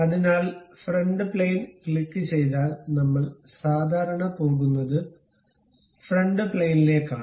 അതിനാൽ front plane click ചെയ്താൽ നമ്മൾ സാധാരണ പോകുന്നത് ഫ്രണ്ട് പ്ലെയിനിലേക്കാണ്